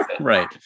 Right